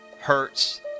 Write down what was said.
hurts